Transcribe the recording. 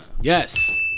Yes